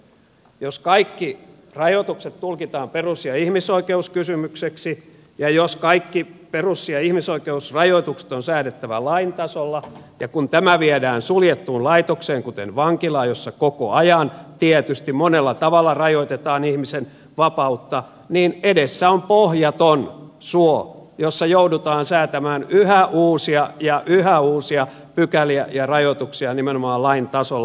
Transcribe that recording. jos kaikki rajoitukset tulkitaan perus ja ihmisoikeuskysymyksiksi ja jos kaikki perus ja ihmisoikeusrajoitukset on säädettävä lain tasolla ja kun tämä viedään suljettuun laitokseen kuten vankilaan jossa koko ajan tietysti monella tavalla rajoitetaan ihmisen vapautta niin edessä on pohjaton suo jossa joudutaan säätämään yhä uusia ja yhä uusia pykäliä ja rajoituksia nimenomaan lain tasolla